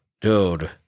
dude